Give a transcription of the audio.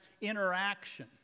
interaction